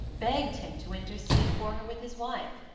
begged him to intercede for her with his wife.